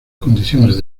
condiciones